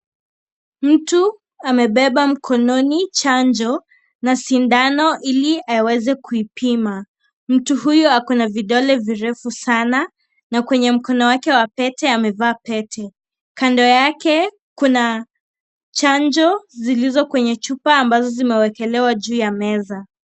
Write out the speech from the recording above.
Mtu amebeba mkononi chanjo na sindano ili aweze kuipima. Mtu huyu ako na vidole virefu sana na kwenye mkono wake wa pete amevaa pete. Kando yake kuna chanjo zilizo kwenye chupa ambazo zimewekelewa juu ya meza.